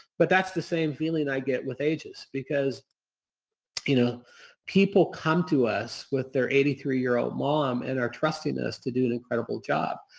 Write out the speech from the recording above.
but that's the same feeling i get with aegis because you know people come to us with their eighty three year old mom and our trustiness to do an incredible job.